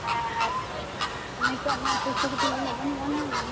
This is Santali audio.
ᱟᱨ ᱱᱤᱛᱚᱜᱢᱟ ᱯᱩᱭᱥᱟᱹ ᱠᱚᱛᱤᱧ ᱩᱱᱟᱹᱜ ᱵᱟᱹᱱᱩᱜ ᱟᱱᱟᱝ